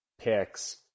picks